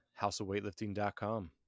houseofweightlifting.com